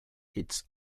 its